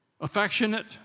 affectionate